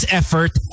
effort